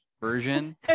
version